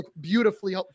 beautifully